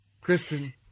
Kristen